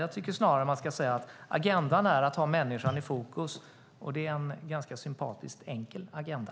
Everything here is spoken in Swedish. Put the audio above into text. Jag tycker snarare att man ska säga att agendan är att ha människan i fokus. Det är en ganska sympatiskt enkel agenda.